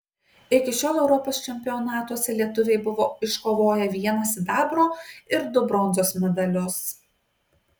iki šiol europos čempionatuose lietuviai buvo iškovoję vieną sidabro ir du bronzos medalius